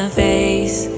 face